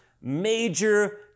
major